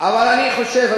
אבל אני חושב,